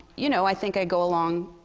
you know, i think i go along